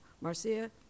Marcia